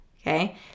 okay